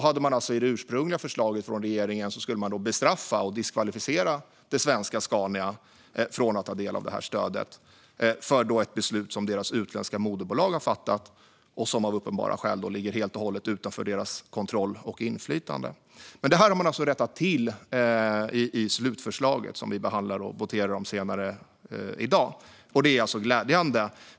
I det ursprungliga förslaget från regeringen skulle svenska Scania bestraffas och diskvalificeras från möjligheten att ta del av stödet på grund av ett beslut som deras utländska moderbolag har fattat och som av uppenbara skäl helt och hållet ligger utanför deras kontroll och inflytande. Detta har man alltså rättat till i slutförslaget, som vi behandlar och voterar om senare i dag, vilket är glädjande.